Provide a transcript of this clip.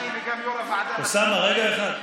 גם אני וגם יושב-ראש הוועדה, אוסאמה, רגע אחד.